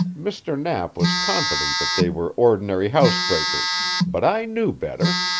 mr. knapp was confident that they were ordinary housebreakers, but i knew better.